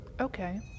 Okay